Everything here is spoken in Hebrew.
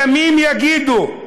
ימים יגידו.